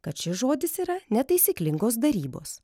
kad šis žodis yra netaisyklingos darybos